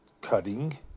cutting